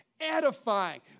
edifying